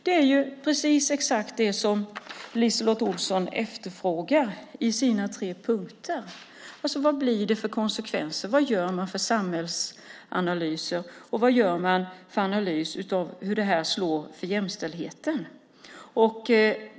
Det är precis detta som LiseLotte Olsson efterfrågar i sina tre punkter. Vad blir det för konsekvenser? Vad gör man för samhällsanalys, och vad gör man för analys av hur detta slår för jämställdheten?